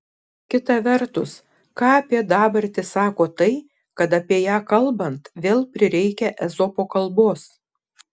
kita vertus ką apie dabartį sako tai kad apie ją kalbant vėl prireikia ezopo kalbos